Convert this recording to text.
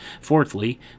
Fourthly